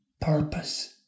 purpose